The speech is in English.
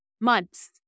months